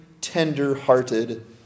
tender-hearted